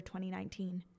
2019